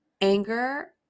anger